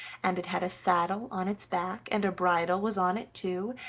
and it had a saddle on its back, and a bridle was on it too,